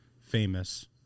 famous